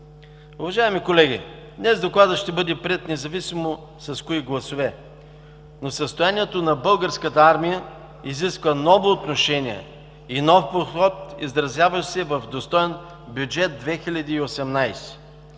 Уважаеми колеги, днес докладът ще бъде приет, независимо с кои гласове, но състоянието на българската армия изисква ново отношение и нов подход, изразяващ се в достоен Бюджет 2018